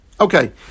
Okay